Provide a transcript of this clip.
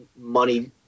money –